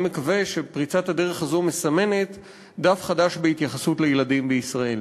אני מקווה שפריצת הדרך הזו מסמנת דף חדש בהתייחסות לילדים בישראל.